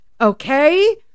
Okay